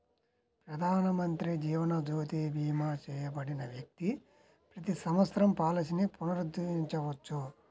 ప్రధానమంత్రి జీవన్ జ్యోతి భీమా చేయబడిన వ్యక్తి ప్రతి సంవత్సరం పాలసీని పునరుద్ధరించవచ్చు